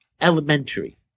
elementary